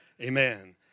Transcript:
Amen